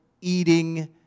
eating